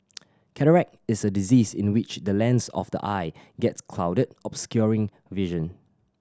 cataract is a disease in which the lens of the eye gets clouded obscuring vision